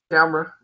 camera